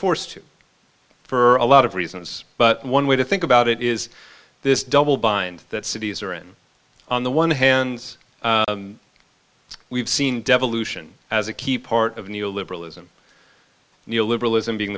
to for a lot of reasons but one way to think about it is this double bind that cities are in on the one hands we've seen devolution as a key part of neo liberalism neo liberalism being